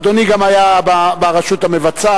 אדוני גם היה ברשות המבצעת.